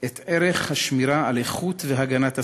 את ערך השמירה על איכות והגנת הסביבה,